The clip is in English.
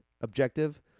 objective